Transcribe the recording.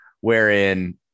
wherein